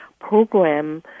program